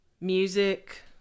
music